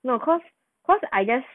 no cause cause I just